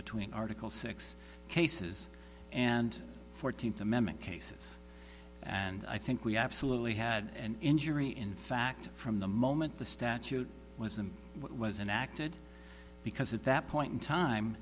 between article six cases and fourteenth amendment cases and i think we absolutely had an injury in fact from the moment the statute was and what was and acted because at that point in time